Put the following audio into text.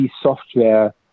software